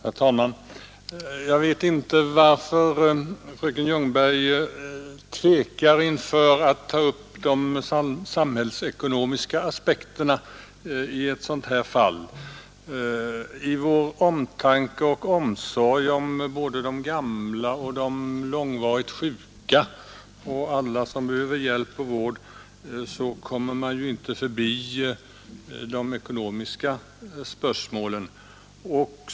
Herr talman! Jag vet inte varför fröken Ljungberg tvekar när det gäller att ta upp de samhällsekonomiska aspekterna i ett sådant här fall. I vår omtanke och omsorg om både de gamla och de långvarigt sjuka och alla andra som behöver hjälp och vård kommer vi inte förbi de ekonomiska spörsmålen.